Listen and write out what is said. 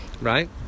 Right